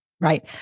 Right